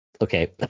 Okay